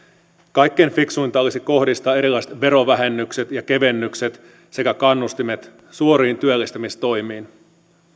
kaikkein fiksuinta olisi kohdistaa erilaiset verovähennykset ja kevennykset sekä kannustimet suoriin työllistämistoimiin